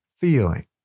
feeling